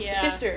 sister